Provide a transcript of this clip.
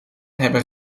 hebben